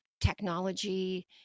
technology